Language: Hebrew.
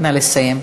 נא לסיים.